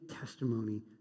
testimony